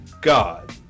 God